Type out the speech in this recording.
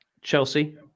Chelsea